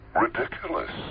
ridiculous